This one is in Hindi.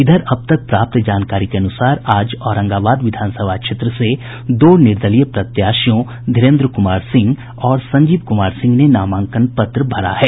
इधर अब तक प्राप्त जानकारी के अनुसार आज औरंगाबाद विधानसभा क्षेत्र से दो निर्दलीय प्रत्याशियों धीरेन्द्र कुमार सिंह और संजीव कुमार सिंह ने नामांकन पत्र भरा है